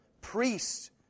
...priests